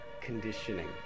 conditioning